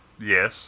Yes